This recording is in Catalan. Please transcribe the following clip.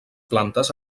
plantes